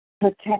Protect